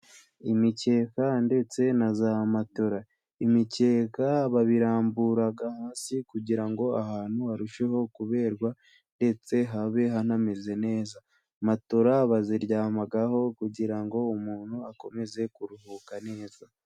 Imikeka ndetse na za Matora. Imikeka babirambura hasi kugira ngo ahantu harusheho kuberwa ndetse habe hanameze neza. Matora baziryamaho kugira ngo umuntu akomeze kuruhuka neza.